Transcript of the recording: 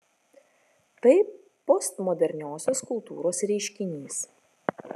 tai postmoderniosios kultūros reiškinys